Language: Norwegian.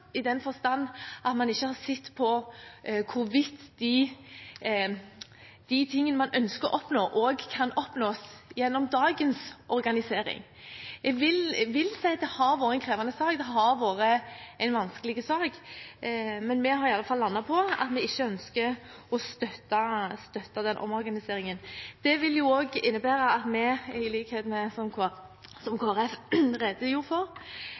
i den forstand at man ikke har sett på hvorvidt de tingene man ønsker å oppnå, også kan oppnås gjennom dagens organisering. Jeg vil si at det har vært en krevende og vanskelig sak, men vi har iallfall landet på at vi ikke ønsker å støtte omorganiseringen. Det vil innebære at vi i likhet med Kristelig Folkeparti ikke kommer til å stemme for komiteens innstilling når det gjelder III, § 29 tredje ledd fjerde punktum, som går på at det oppheves, eller for